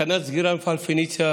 סכנת סגירה למפעל פניציה